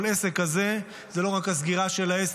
כל עסק כזה זה לא רק הסגירה של העסק,